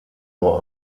nur